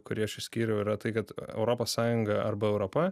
kurį aš išskyriau yra tai kad europos sąjunga arba europa